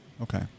Okay